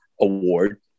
award